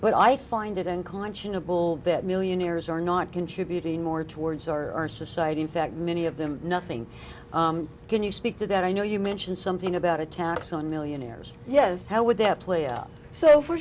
but i find it unconscionable that millionaires are not contributing more towards our our society in fact many of them nothing can you speak to that i know you mentioned something about a tax on millionaires yes how would that play out so f